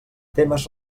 temes